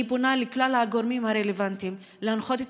אני פונה לכלל הגורמים הרלוונטיים להנחות את